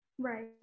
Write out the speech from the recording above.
Right